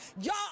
Y'all